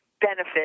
benefit